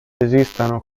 esistano